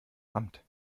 amt